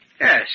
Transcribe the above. Yes